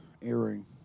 earring